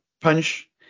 punch